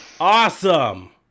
Awesome